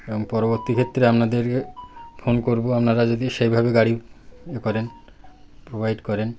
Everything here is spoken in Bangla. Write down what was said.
এবং পরবর্তী ক্ষেত্রে আপনাদেরকে ফোন করব আপনারা যদি সেইভাবে গাড়ি ইয়ে করেন প্রোভাইড করেন